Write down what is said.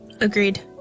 Agreed